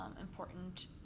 important